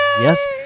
Yes